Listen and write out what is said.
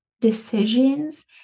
decisions